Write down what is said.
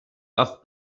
off